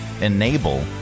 enable